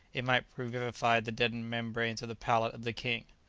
it might revivify the deadened membranes of the palate of the king.